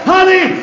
Honey